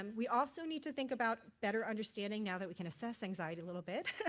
um we also need to think about better understanding now that we can assess anxiety a little bit,